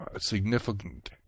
significant